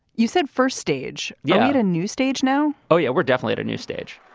you said first stage yet a new stage now oh, yeah, we're definitely a new stage